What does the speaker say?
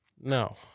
No